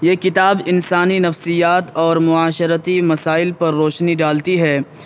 یہ کتاب انسانی نفسیات اور معاشرتی مسائل پر روشنی ڈالتی ہے